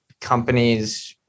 companies